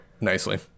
nicely